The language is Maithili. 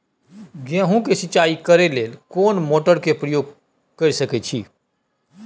गेहूं के सिंचाई करे लेल कोन मोटर के प्रयोग कैर सकेत छी?